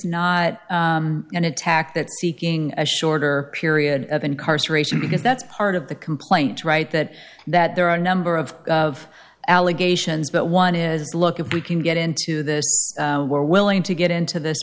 not an attack that seeking a shorter period of incarceration because that's part of the complaint right that that there are number of of allegations but one is look if we can get into this we're willing to get into this